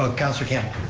ah councilor campbell.